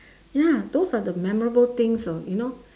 ya those are the memorable things ah you know